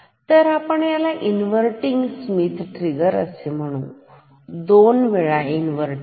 तर आपण याला इन्वर्तींग स्मिथ ट्रिगर असे म्हणू दोन वेळा इन्वर्तींग